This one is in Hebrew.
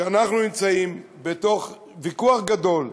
שאנחנו נמצאים בתוך ויכוח גדול,